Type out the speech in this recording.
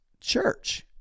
church